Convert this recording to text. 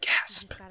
Gasp